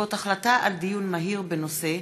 בעקבות דיון מהיר בהצעה